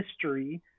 history